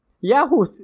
Yahoo